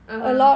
(uh huh)